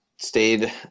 stayed